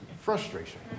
frustration